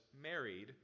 married